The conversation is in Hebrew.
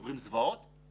רק 4% ביקשו זכויות נוספות.